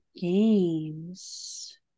games